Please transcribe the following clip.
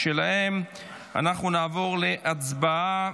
נעבור להצבעה